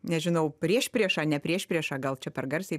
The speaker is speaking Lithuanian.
nežinau priešpriešą ne priešpriešą gal čia per garsiai